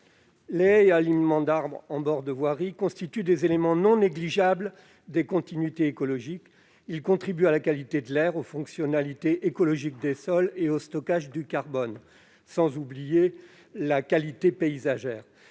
haies et alignements constituent des éléments non négligeables des continuités écologiques et contribuent à la qualité de l'air, aux fonctionnalités écologiques des sols, au stockage du carbone et à la qualité paysagère.